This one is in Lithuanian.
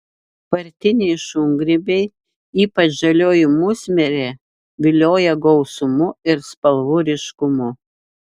partiniai šungrybiai ypač žalioji musmirė vilioja gausumu ir spalvų ryškumu